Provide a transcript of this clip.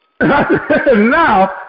Now